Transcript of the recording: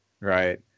right